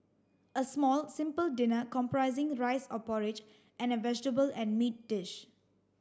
a small simple dinner comprising rice or porridge and a vegetable and meat dish